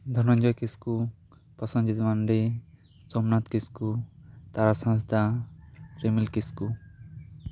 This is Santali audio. ᱫᱷᱚᱱᱚᱱᱡᱚᱭ ᱠᱤᱥᱠᱩ ᱯᱨᱚᱥᱚᱱᱡᱤᱛ ᱢᱟᱱᱰᱤ ᱥᱚᱢᱱᱟᱛ ᱠᱤᱥᱠᱩ ᱛᱟᱨᱟᱥ ᱦᱟᱸᱥᱫᱟ ᱨᱤᱢᱤᱞ ᱠᱩᱥᱠᱩ